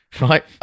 right